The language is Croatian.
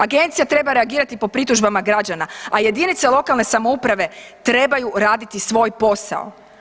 Agencija treba reagirati po pritužbama građana a jedinice lokalne samouprave trebaju raditi svoj posao.